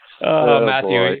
Matthew